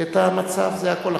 את המצב, זה הכול.